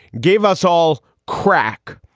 gave us all crack.